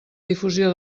difusió